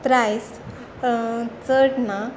प्रायस चड ना